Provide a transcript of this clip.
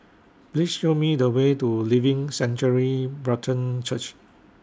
Please Show Me The Way to Living Sanctuary Brethren Church